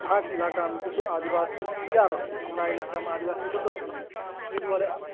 अहाँके इलाकामे किछु आदिवासी किए रहतै हमरा इलाकामे आदिवासी कतौ से एहि दुआरे